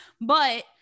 But-